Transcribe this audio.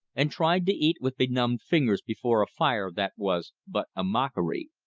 and tried to eat with benumbed fingers before a fire that was but a mockery.